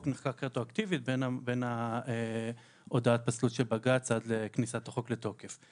נחקק רטרואקטיבית בין הודעת פסלות של בג"ץ עד לכניסת החוק לתוקף.